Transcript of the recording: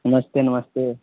नमस्ते नमस्ते